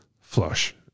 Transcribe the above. flush